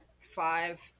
five